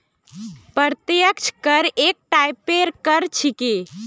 प्रत्यक्ष कर एक टाइपेर कर छिके